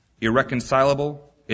irreconcilable